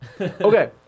Okay